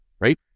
right